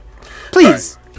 Please